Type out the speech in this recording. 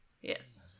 Yes